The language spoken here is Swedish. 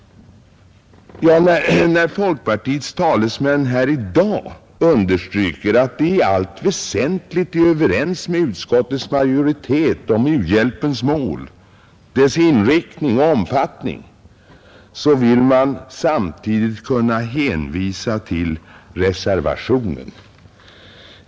När folkpartiets talesmän här i dag understryker att de i allt väsentligt är överens med utskottets majoritet om u-hjälpens mål, dess inriktning och omfattning så vill man samtidigt kunna hänvisa till reservationen.